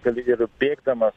kad ir bėgdamas